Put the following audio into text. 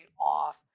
off